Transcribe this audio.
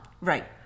right